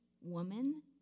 woman